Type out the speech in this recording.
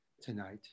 tonight